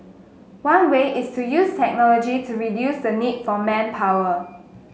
one way is to use technology to reduce the need for manpower